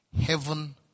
heaven